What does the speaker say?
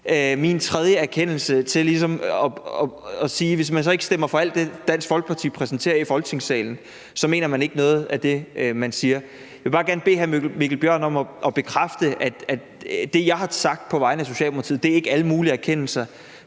min tredje erkendelse til ligesom at sige, at hvis man så ikke stemmer for alt det, Dansk Folkeparti præsenterer i Folketingssalen, mener man ikke noget af det, man siger. Jeg vil bare gerne bede hr. Mikkel Bjørn om at bekræfte, at det, jeg har sagt på vegne af Socialdemokratiet, ikke er alle mulige erkendelser.